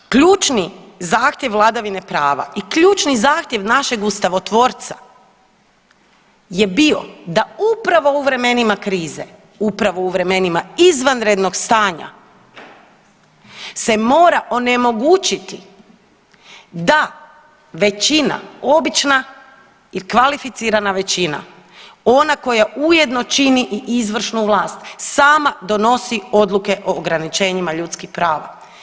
Dakle, ključni zahtjev vladavine prava i ključni zahtjev našeg ustavotvorca je bio da upravo u vremenima krize, upravo u vremenima izvanrednog stanja se mora onemogućiti da većina obična i kvalificirana većina ona koja ujedno čini i izvršnu vlast sama donosi odluke o ograničenjima ljudskih prava.